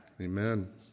Amen